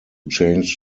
change